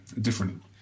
different